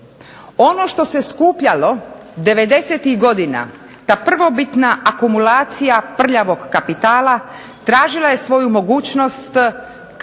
Ono što se skupljalo '90-ih godina, ta prvobitna akumulacija prljavog kapitala tražila je svoju mogućnost kako